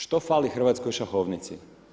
Što fali hrvatskoj šahovnici?